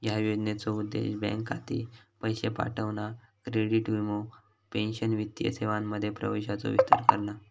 ह्या योजनेचो उद्देश बँक खाती, पैशे पाठवणा, क्रेडिट, वीमो, पेंशन वित्तीय सेवांमध्ये प्रवेशाचो विस्तार करणा